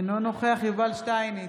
אינו נוכח יובל שטייניץ,